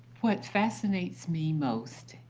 what fascinates me most,